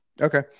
Okay